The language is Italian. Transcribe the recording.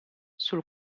sul